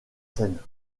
scène